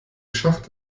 schacht